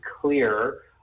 clear